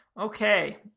okay